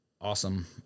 awesome